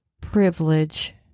privilege